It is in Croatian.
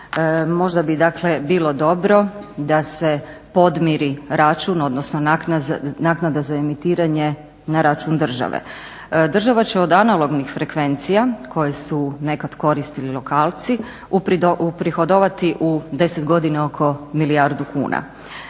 Možda bi bilo dobro da se podmiri račun odnosno naknada za emitiranje na račun države. Država će od analognih frekvencija koje su nekada koristili lokalci uprihodovati u 10 godina oko milijardu kuna.